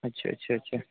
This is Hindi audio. अच्छा अच्छा अच्छा